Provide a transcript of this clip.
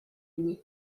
uni